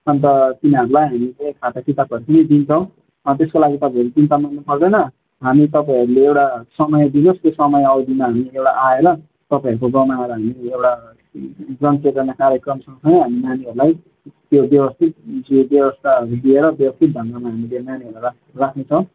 अन्त तिनीहरूलाई हामीले खाता किताब पनि दिन्छौँ त्यसको लागि तपाईँहरूले चिन्ता मान्नु पर्दैन हामी तपाईँहरूले एउटा समय दिनुहोस् त्यो समय अवधिमा हामी एउटा आएर तपाईँहरूको गाउँमा आएर हामी एउटा जनचेतना कार्यक्रम सँगसँगै हामी नानीहरूलाई त्यो व्यवस्थित व्यवस्थाहरू दिएर व्यवस्थित ढङ्गमा हामीले नानीहरूलाई राख्ने राख्ने छौँ